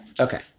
okay